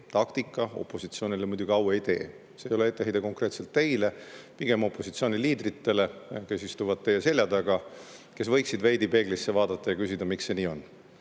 taktika opositsioonile muidugi au ei tee. See ei ole etteheide konkreetselt teile, pigem opositsiooniliidritele, kes istuvad teie selja taga, kes võiksid veidi peeglisse vaadata ja küsida, miks see nii